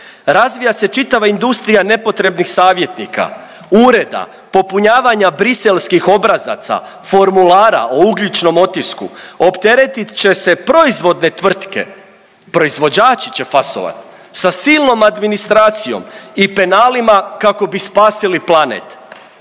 Razvija se čitava industrija nepotrebnih savjetnika, ureda, popunjavanja briselskih obrazaca, formulara o ugljičnom otisku, opteretit će se proizvodne tvrtke, proizvođači će fasovat sa silnom administracijom i penalima kako bi spasili planet.